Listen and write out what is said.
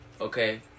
Okay